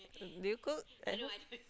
do you cook at home